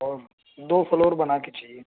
اور دو فلور بنا کے چاہیے